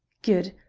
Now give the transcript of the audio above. good.